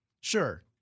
Sure